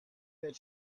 that